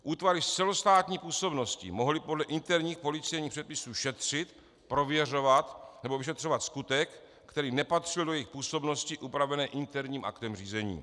Útvary s celostátní působností mohly podle interních policejních předpisů šetřit, prověřovat nebo vyšetřovat skutek, který nepatřil do jejich působnosti upravené interním aktem řízení.